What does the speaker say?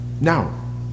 Now